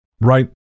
Right